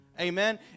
Amen